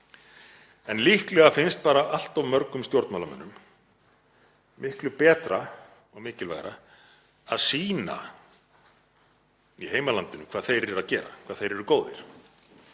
En líklega finnst bara allt of mörgum stjórnmálamönnum miklu betra og mikilvægara að sýna í heimalandinu hvað þeir eru að gera, hvað þeir eru góðir,